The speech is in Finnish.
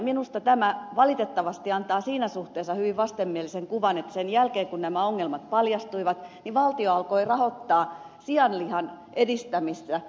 minusta tämä valitettavasti antaa siinä suhteessa hyvin vastenmielisen kuvan että sen jälkeen kun nämä ongelmat paljastuivat niin valtio alkoi rahoittaa sianlihan edistämistä imagokampanjoin